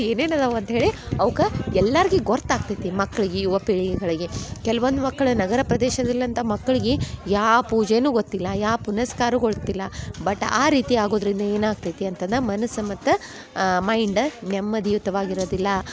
ಏನೇನು ಅದವೆ ಅಂತ್ಹೇಳಿ ಅವಕ್ಕ ಎಲ್ಲರ್ಗೂ ಗೊತ್ತ್ ಆಗ್ತೈತಿ ಮಕ್ಳಿಗೆ ಯುವ ಪೀಳಿಗೆಗಳಿಗೆ ಕೆಲ್ವೊಂದು ಮಕ್ಕಳು ನಗರ ಪ್ರದೇಶದಲ್ಯಂತ ಮಕ್ಳಿಗೆ ಯಾವ ಪೂಜೆಯೂ ಗೊತ್ತಿಲ್ಲ ಯಾವ ಪುನಸ್ಕಾರೂ ಗೊತ್ತಿಲ್ಲ ಬಟ್ ಆ ರೀತಿ ಆಗೋದ್ರಿಂದ ಏನಾಗ್ತೈತಿ ಅಂತಂದು ಮನಸ್ಸು ಮತ್ತು ಮೈಂಡ್ ನೆಮ್ಮದಿಯುತವಾಗಿ ಇರೋದಿಲ್ಲ